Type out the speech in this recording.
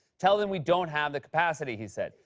tell them we don't have the capacity, he said.